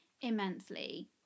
immensely